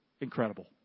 incredible